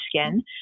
skin